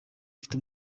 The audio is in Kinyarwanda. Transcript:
afite